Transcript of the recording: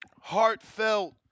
heartfelt